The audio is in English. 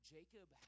Jacob